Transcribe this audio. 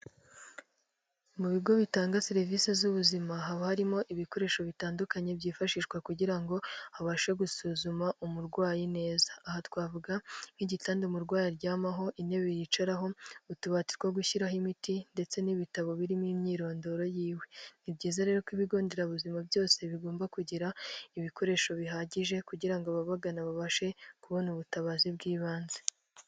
Mu bigo bitanga serivisi z'ubuzima haba harimo ibikoresho bitandukanye byifashishwa kugira ngo habashe gusuzuma umurwayi neza. Aha twavuga nk'igitanda umurwayi aryamaho, intebe yicaraho, utubati two gushyiraho imiti, ndetse n'ibitabo birimo imyirondoro yiwe. Ni byiza rero ko Ibigo Nderabuzima byose bigomba kugira ibikoresho bihagije kugira ngo ababagana babashe kubona ubutabazi bw'ibanze.